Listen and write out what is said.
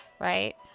right